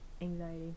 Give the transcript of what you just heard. Anxiety